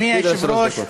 אפילו יש שלוש דקות.